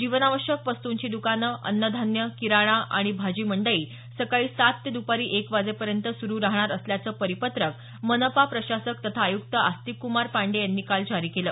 जीवनावश्यक वस्तूंची दुकानं अन्नधान्य किराणा आणि भाजीमंडई सकाळी सात ते दुपारी एक वाजेपर्यंत सुरू राहणार असल्याचं परिपत्रक मनपा प्रशासक तथा आयुक्त आस्तिक पांडेय यांनी काल जारी केलं